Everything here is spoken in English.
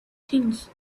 things